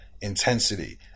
Intensity